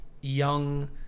young